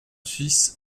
six